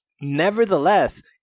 Nevertheless